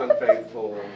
unfaithful